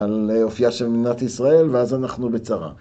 ‫על אופיה של מדינת ישראל, ‫ואז אנחנו בצרה.